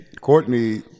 Courtney